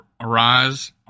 Arise